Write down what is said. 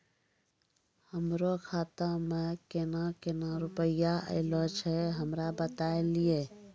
हमरो खाता मे केना केना रुपैया ऐलो छै? हमरा बताय लियै?